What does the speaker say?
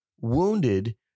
wounded